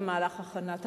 במהלך הכנת החומר,